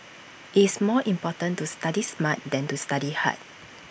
IT is more important to study smart than to study hard